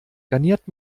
garniert